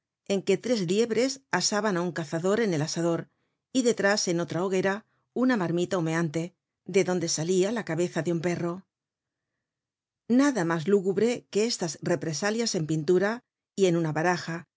en que tres liebres asaban á un cazador en el asador y detrás en otra hoguera una marmita humeante de donde salia la cabeza de un perro nada mas lúgubre que estas represalias en pintura y en una baraja